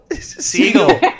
seagull